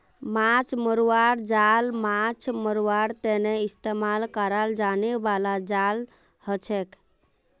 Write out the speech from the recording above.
माछ मरवार जाल माछ मरवार तने इस्तेमाल कराल जाने बाला जाल हछेक